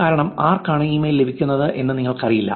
കാരണം ആർക്കാണ് ഇമെയിൽ ലഭിക്കുന്നത് എന്ന് നിങ്ങൾക്കറിയില്ല